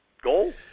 goal